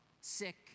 sick